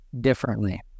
differently